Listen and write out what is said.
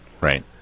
right